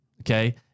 Okay